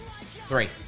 three